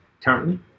currently